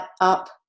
up